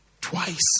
Twice